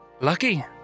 Lucky